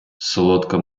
солодка